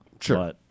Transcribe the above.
Sure